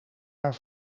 haar